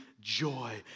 joy